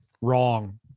wrong